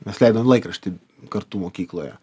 mes leidom laikraštį kartu mokykloje